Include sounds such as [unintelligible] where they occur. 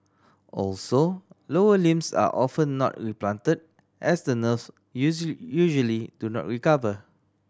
also lower limbs are often not replanted as the nerves [unintelligible] usually do not recover